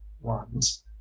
ones